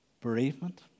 Bereavement